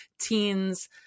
Teens